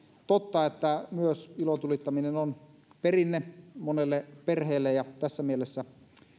totta että myös ilotulittaminen on perinne monelle perheelle ja tässä mielessä